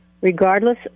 regardless